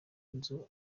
nzu